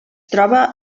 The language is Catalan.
troba